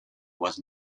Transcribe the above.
was